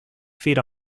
feed